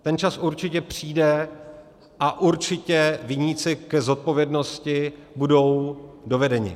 Ten čas určitě přijde a určitě viníci k zodpovědnosti budou dovedeni.